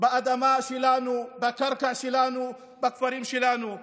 באדמה שלנו, בקרקע שלנו, בכפרים שלנו.